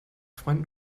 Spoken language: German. freund